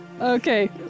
Okay